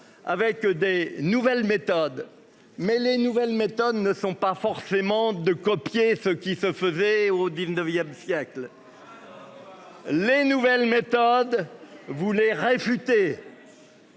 Avec des nouvelles méthodes, mais les nouvelles méthodes ne sont pas forcément de copier ce qui se faisait au XIXe siècle. Les nouvelles méthodes. Vous voulez réfuter.